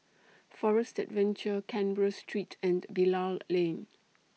Forest Adventure Canberra Street and Bilal Lane